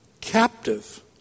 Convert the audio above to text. captive